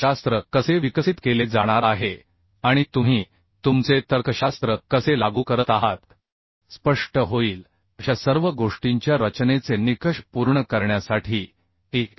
तर्कशास्त्र कसे विकसित केले जाणार आहे आणि तुम्ही तुमचे तर्कशास्त्र कसे लागू करत आहात स्पष्ट होईल अशा सर्व गोष्टींच्या रचनेचे निकष पूर्ण करण्यासाठी एक